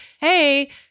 hey